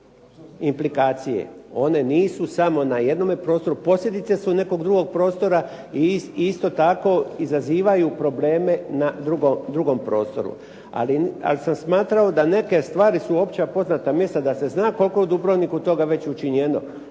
implikacije. One nisu samo na jednome prostoru, posljedice su nekog drugog prostora. I isto tako izazivaju probleme na drugom prostoru, ali sam smatrao da neke stvari su opće poznata mjesta da se zna koliko je u Dubrovniku toga već učinjeno.